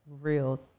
real